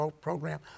program